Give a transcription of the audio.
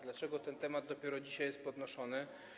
Dlaczego ten temat dopiero dzisiaj jest podnoszony?